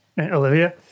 Olivia